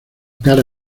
cara